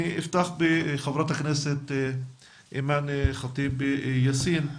נפתח עם חברת הכנסת אימאן ח'טיב יאסין,